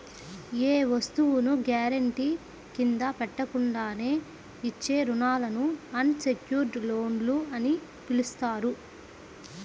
ఏ వస్తువును గ్యారెంటీ కింద పెట్టకుండానే ఇచ్చే రుణాలను అన్ సెక్యుర్డ్ లోన్లు అని పిలుస్తారు